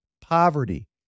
poverty